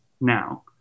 now